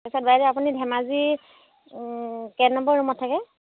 তাৰপাছত বাইদেউ আপুনি ধেমাজি কেই নম্বৰ ৰুমত থাকে